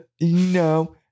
No